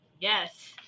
Yes